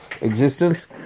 existence